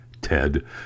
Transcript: Ted